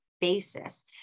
basis